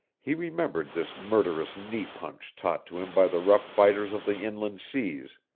he remembered this murderous knee-punch taught to him by the rough fighters of the inland seas,